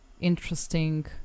interesting